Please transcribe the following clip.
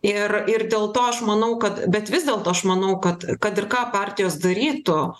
ir ir dėl to aš manau kad bet vis dėlto aš manau kad kad ir ką partijos darytų